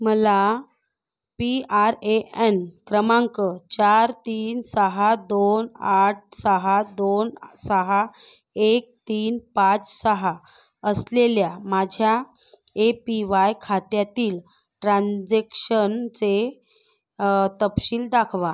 मला P R A N क्रमांक चार तीन सहा दोन आठ सहा दोन सहा एक तीन पाच सहा असलेल्या माझ्या ए पी वाय खात्यातील ट्रांजेक्शनचे तपशील दाखवा